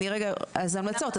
המלצות,